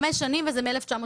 חמש שנים, וזה מ-1989.